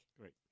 Great